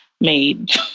made